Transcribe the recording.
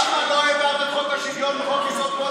למה לא העברת את חוק השוויון בחוק-יסוד: כבוד האדם וחירותו?